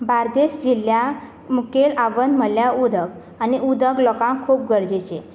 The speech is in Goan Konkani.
बार्देश जिल्ल्यांत मुखेल आव्हान म्हणल्यार उदक आनी उदक लोकांक खूब गरजेचें